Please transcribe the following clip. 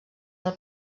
del